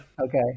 Okay